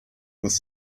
with